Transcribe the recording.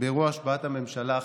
באירוע השבעת הממשלה החדשה,